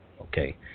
okay